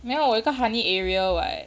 没有我有一个 honey area [what]